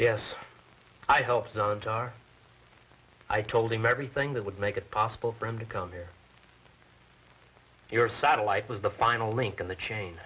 yes i helped i told him everything that would make it possible for him to come here your satellite was the final link in the chain